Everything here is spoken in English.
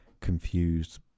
confused